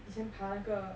以前爬那个